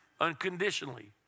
unconditionally